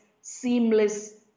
seamless